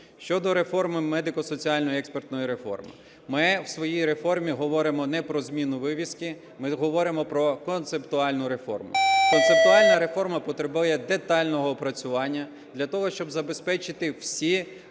Щодо реформи, медико-соціальної експертної реформи. Ми у своїй реформі говоримо не про зміну вивіски, ми говоримо про концептуальну реформу. Концептуальна реформа потребує детального опрацювання для того, щоб забезпечити всі